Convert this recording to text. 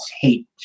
hate